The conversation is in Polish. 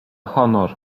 honor